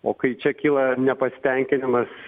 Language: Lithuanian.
o kai čia kyla nepasitenkinimas